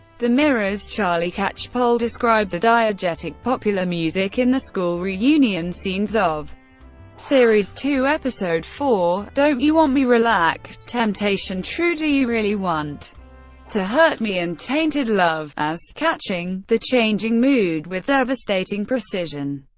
the mirrors charlie catchpole described the diagetic popular music in the school reunion scenes of series two, episode four don't you want um me, relax, temptation, true, do you really want to hurt me and tainted love as catching the changing mood with devastating precision.